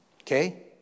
Okay